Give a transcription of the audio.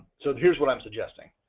so here's what i'm suggesting,